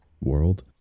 world